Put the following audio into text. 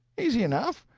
easy enough.